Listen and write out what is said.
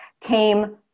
came